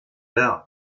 down